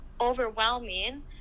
Overwhelming